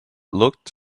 looked